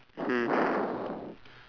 mm